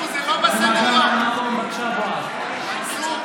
הנמקה מהמקום, בבקשה, בועז.